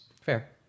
Fair